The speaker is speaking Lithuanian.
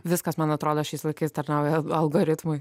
viskas man atrodo šiais laikais tarnauja al algoritmui